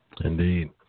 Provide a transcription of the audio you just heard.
indeed